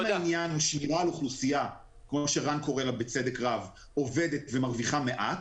אוכלוסייה שעובדת ומרוויחה מעט,